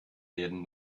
werden